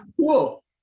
Cool